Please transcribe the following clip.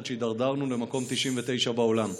עד שהידרדרנו למקום 99 בעולם.